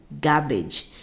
garbage